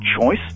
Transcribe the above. choice